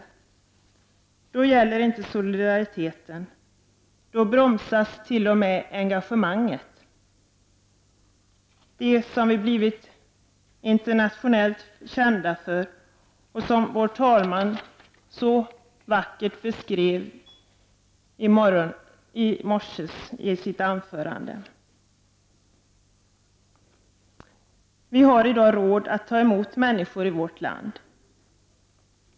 Men då gäller inte solidariteten. Då bromsas t.o.m. engagemanget — det som vi har blivit internationellt kända för, som talmannen i morse så vackert beskrev. Vi har i dag råd att ta emot människor i vårt land.